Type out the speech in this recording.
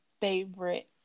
favorite